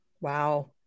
Wow